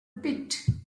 pit